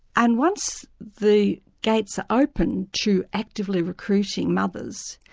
and once the gates are open to actively recruiting mothers,